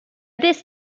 this